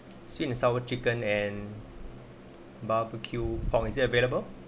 sweet and sour chicken and barbecue points is it available